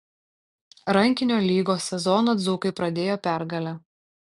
rankinio lygos sezoną dzūkai pradėjo pergale